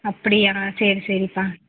அப்படியா சரி சரிப்பா